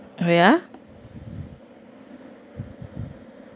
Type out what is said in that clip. oh ya